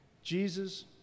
Jesus